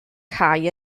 cae